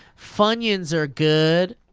funions are good